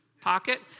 pocket